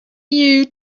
you